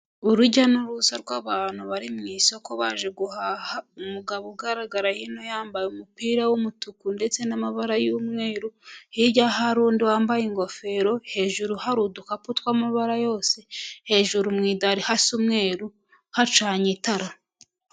Urujya n'uruza rw'abantu bari mu isoko baje guhaha umugabo ugaragara hino yambaye umupira w'umutuku ndetse n'amabara y'umweru, hirya hari undi wambaye ingofero hejuru hari udukapu tw'amabara yose hejuru mwidare hasumweru hacanye itara.